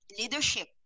leadership